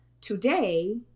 today